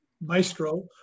Maestro